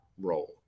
role